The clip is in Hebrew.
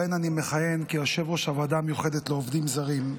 שבהן אני מכהן כיו"ר הוועדה המיוחדת לעובדים זרים,